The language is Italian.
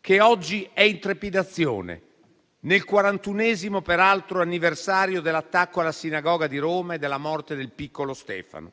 che oggi è in trepidazione, peraltro nel 41° anniversario dell'attacco alla Sinagoga di Roma e della morte del piccolo Stefano.